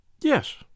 Yes